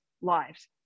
lives